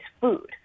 food